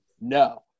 No